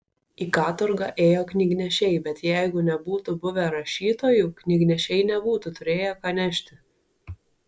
į katorgą ėjo knygnešiai bet jeigu nebūtų buvę rašytojų knygnešiai nebūtų turėję ką nešti